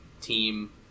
team